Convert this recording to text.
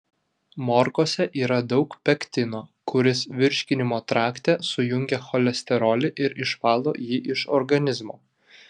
morkose yra daug pektino kuris virškinimo trakte sujungia cholesterolį ir išvalo jį iš organizmo